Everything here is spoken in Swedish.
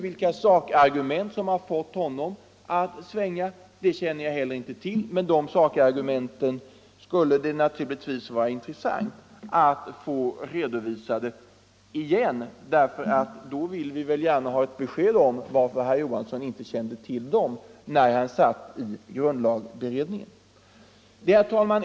Vilka sakargument som har fått honom att svänga känner jag inte till, men det vore intressant att få dem redovisade. Vi vill gärna ha besked om varför herr Johansson inte tog hänsyn till de argumenten när han satt i grundlagberedningen.